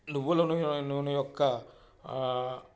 నువ్వుల నూనె యొక్క